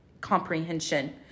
comprehension